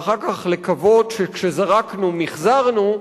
ואחר כך לקוות שכשזרקנו מיחזרנו,